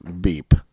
Beep